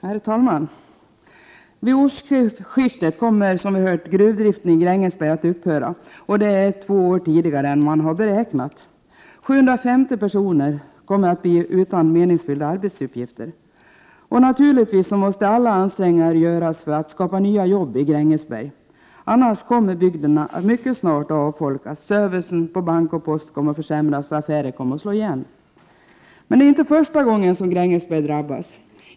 Herr talman! Vid årsskiftet kommer, som vi hört, gruvdriften i Grängesberg att upphöra. Det är två år tidigare än beräknat. 750 anställda blir utan meningsfyllda arbetsuppgifter. Naturligtvis måste alla ansträngningar göras för att skapa nya jobb i Grängesberg. Annars kommer bygden att mycket snart avfolkas, servicen på bank och post kommer att försämras och affärer kommer att slå igen. Det är inte första gången Grängesberg drabbas.